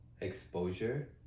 exposure